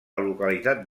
localitat